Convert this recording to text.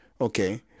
Okay